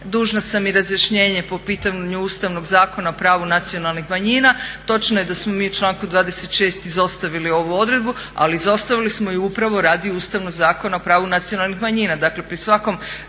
Dužna sam i razjašnjenje po pitanju Ustavnog zakona o pravu nacionalnih manjina. Točno je da smo mi u članku 26. izostavili ovu odredbu ali izostavili smo je upravo radi Ustavnog zakona o pravu nacionalnih manjina.